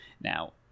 now